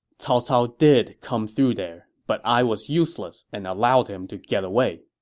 cao cao did come through there. but i was useless and allowed him to get away.